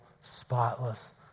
spotless